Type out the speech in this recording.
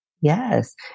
yes